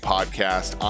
Podcast